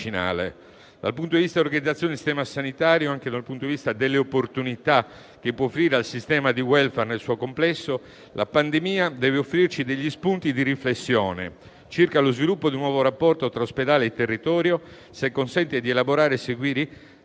Dal punto di vista dell'organizzazione del sistema sanitario, nonché dal punto di vista delle opportunità che può offrire al sistema di *welfare* nel suo complesso, la pandemia deve darci degli spunti di riflessione circa lo sviluppo di un nuovo rapporto tra ospedale e territorio, se consente di elaborare e seguire dei